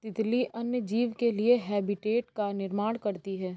तितली अन्य जीव के लिए हैबिटेट का निर्माण करती है